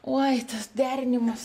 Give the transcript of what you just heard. oi tas derinimas